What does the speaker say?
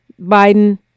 Biden